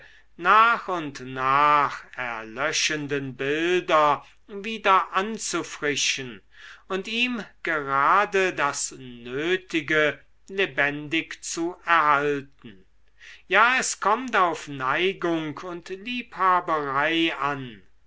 nach und nach erlöschenden bilder wieder anzufrischen und ihm gerade das nötige lebendig zu erhalten ja es kommt auf neigung und liebhaberei an